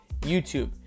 YouTube